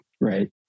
right